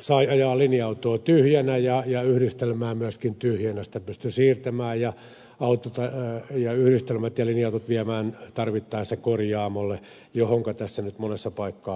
sai ajaa linja autoa tyhjänä ja yhdistelmää myöskin tyhjänä sitä pystyi siirtämään ja yhdistelmät ja linja autot viemään tarvittaessa korjaamolle johonka tässä nyt monessa paikkaa on vedottu